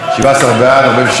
17 בעד, 46 מתנגדים.